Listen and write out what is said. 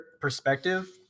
perspective